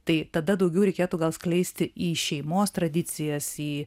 tai tada daugiau reikėtų gal skleisti į šeimos tradicijas į